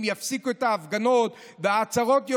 אם יפסיקו את ההפגנות וההצהרות,